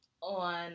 on